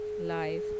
live